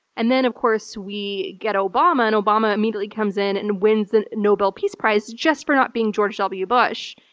and then, of course, we get obama, and obama immediately comes in and wins the and nobel peace prize just for not being george w. bush.